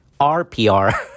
RPR